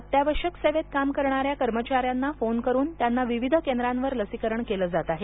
अत्यावश्यक सेवेत काम करणाया कर्मचायांना फोन करून त्यांना विविध केंद्रावर लसीकरण केले जात आहे